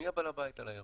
מי בעל הבית על האירוע?